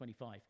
25